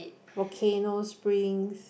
volcano springs